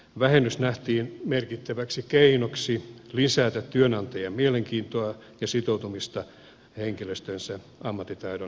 vähennys nähtiin merkittäväksi keinoksi lisätä työnantajien mielenkiintoa ja sitoutumista henkilöstönsä ammattitaidon jatkuvaan kehittämiseen